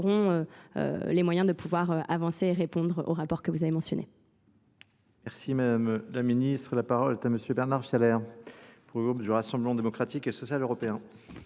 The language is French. aurons les moyens de pouvoir avancer et répondre aux rapports que vous avez mentionnés.